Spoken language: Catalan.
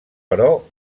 però